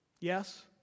yes